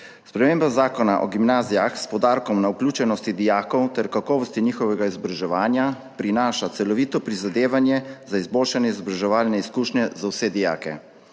Sprememba Zakona o gimnazijah s poudarkom na vključenosti dijakov ter kakovosti njihovega izobraževanja prinaša celovito prizadevanje za izboljšanje izobraževalne izkušnje za vse dijake.